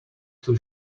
too